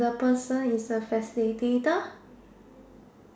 the person is a facilitator